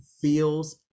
feels